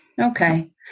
okay